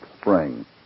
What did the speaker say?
Spring